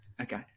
okay